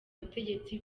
butegetsi